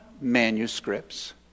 manuscripts